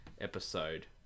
episode